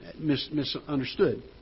misunderstood